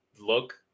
look